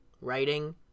writing